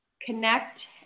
connect